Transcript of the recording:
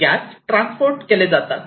gas transport केले जातात